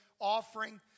offering